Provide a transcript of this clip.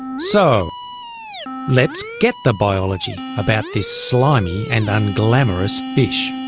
so let's get the biology about this slimy and unglamorous fish.